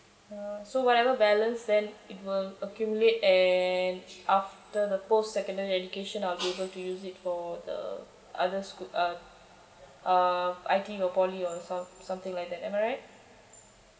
orh so whatever balance then it will accumulate and after the post secondary education I'll be able to use it for uh others uh uh I_T_E or poly or some something like that am I right